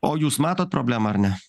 o jūs matot problemą ar ne